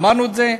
אמרנו את זה.